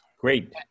Great